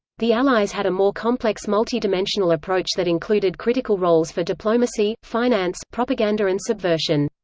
the allies had a more complex multi-dimensional approach that included critical roles for diplomacy, finance, propaganda and subversion.